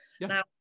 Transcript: Now